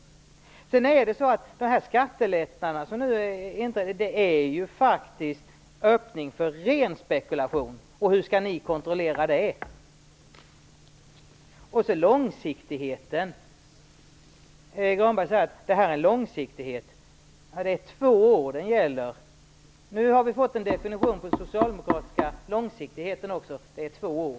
De skattelättnader som nu inträder ger ju faktiskt en öppning för ren spekulation, och hur skall ni kontrollera det? Lars U Granberg säger att detta är långsiktigt. Den kommer att gälla i två år. Nu har vi en definition på den socialdemokratiska långsiktigheten också. Den är två år.